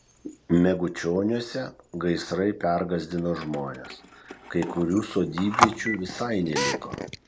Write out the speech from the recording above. megučioniuose gaisrai pergąsdino žmones kai kurių sodybviečių visai neliko